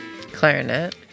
Clarinet